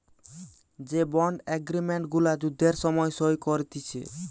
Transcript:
যে bond agreement গুলা যুদ্ধের সময় সই করতিছে